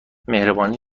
مهربانی